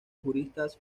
juristas